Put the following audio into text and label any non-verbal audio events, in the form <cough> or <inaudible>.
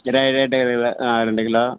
<unintelligible> rate <unintelligible> ஆ ரெண்டு kilo